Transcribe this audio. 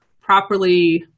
properly